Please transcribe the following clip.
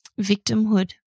victimhood